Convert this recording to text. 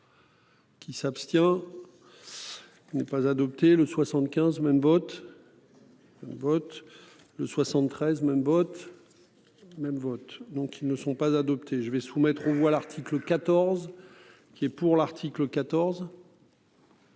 Qui s'abstient. Il n'est pas adopté le 75 même botte. Vote le 73 même botte. Même vote, donc ils ne sont pas adoptés je vais soumettre aux voix l'article 14 qui est pour l'article 14.